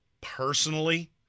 personally